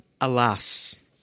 alas